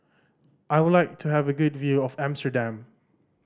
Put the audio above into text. I would like to have a good view of Amsterdam